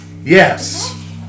yes